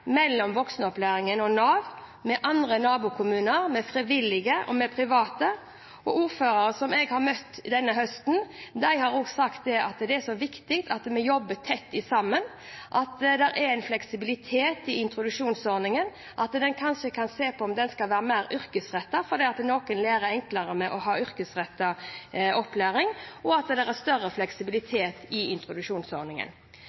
mellom voksenopplæringen og Nav, med nabokommuner, med frivillige og med private. Ordførere som jeg har møtt denne høsten, har sagt at det er viktig at vi jobber tett sammen, at det er en fleksibilitet i introduksjonsordningen, at man kanskje skal se på om den skal være mer yrkesrettet, for noen lærer enklere ved å ha en yrkesrettet opplæring, og at det er større fleksibilitet i introduksjonsordningen.